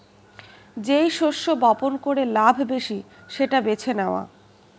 যেই শস্য বপন করে লাভ বেশি সেটা বেছে নেওয়া